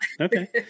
Okay